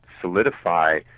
solidify